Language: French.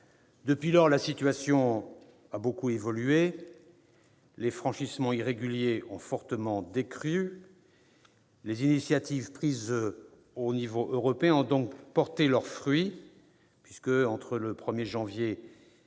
Depuis lors, la situation a considérablement évolué, les franchissements irréguliers ayant fortement décru. Les initiatives prises à l'échelon européen ont donc porté leurs fruits, puisque, entre le 1 janvier et le 21 octobre